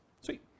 Sweet